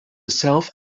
self